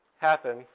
Happen